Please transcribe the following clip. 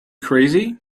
crazy